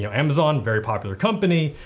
you know amazon, very popular company,